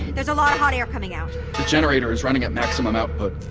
there's a lot of hot air coming out the generator is running at maximum output.